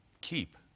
keep